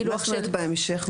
מה זאת אומרת בהמשך?